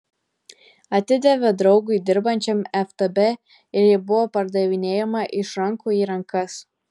atidavė draugui dirbančiam ftb ir ji buvo perdavinėjama iš rankų į rankas